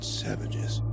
savages